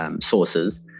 sources